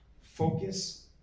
focus